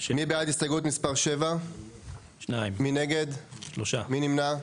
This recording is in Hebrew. הסתייגות מספר 7. הצבעה בעד, 2 נגד, 3 נמנעים,